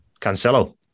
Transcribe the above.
Cancelo